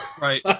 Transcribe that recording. Right